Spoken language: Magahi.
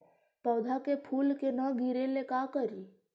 पौधा के फुल के न गिरे ला का करि?